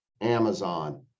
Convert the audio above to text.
Amazon